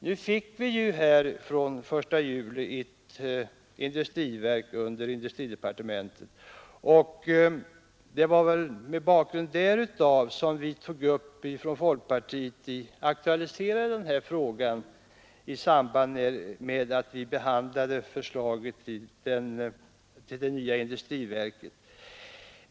Nu fick vi ju från den 1 juli ett industriverk under industridepartementet. Vi från folkpartiet aktualiserade denna fråga i samband med att riksdagen behandlade förslaget till det nya industriverket.